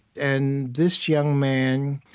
and this young man